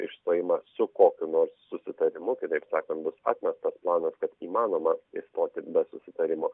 išstojimą su kokiu nors susitarimu kitaip sakant bus atmestas planas kad įmanoma išstoti be susitarimo